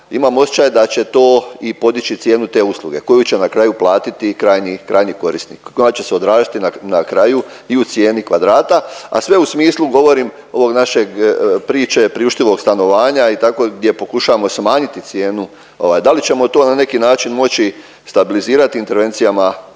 imam osjećaj da će to i podići cijenu te usluge koju će na kraju platiti krajnji, krajnji korisnik koja će se odraziti na kraju i u cijeni kvadrata, a sve u smislu govorim ovog našeg priče priuštivog stanovanja i tako gdje pokušavamo smanjiti cijenu. Ovaj da li ćemo to na neki način moći stabilizirati intervencijama